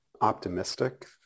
optimistic